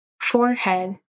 forehead